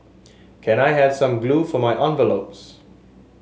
can I have some glue for my envelopes